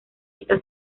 esta